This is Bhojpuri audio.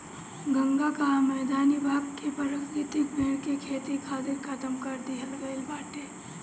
गंगा कअ मैदानी भाग के प्राकृतिक पेड़ के खेती खातिर खतम कर दिहल गईल बाटे